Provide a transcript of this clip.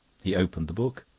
he opened the book.